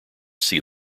sea